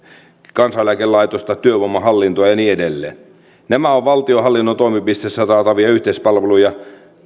kansaneläkelaitosta työvoimahallintoa ja niin edelleen nämä ovat valtionhallinnon toimipisteistä saatavia yhteispalveluja